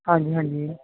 ਹਾਂਜੀ ਹਾਂਜੀ